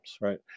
right